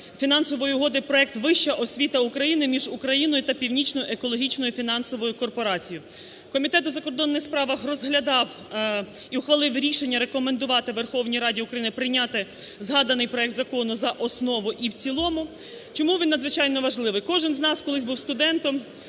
Фінансової угоди (Проект "Вища освіта України") між Україною та Північною екологічною фінансовою корпорацією. Комітет у закордонних справах розглядав і ухвалив рішення рекомендувати Верховній Раді України прийняти згаданий проект закону за основу і в цілому. Чому він надзвичайно важливий? Кожен з нас колись був студентом